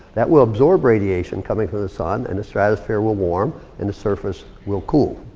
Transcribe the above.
that will absorb radiation coming from the sun and the stratosphere will warm and the surface will cool.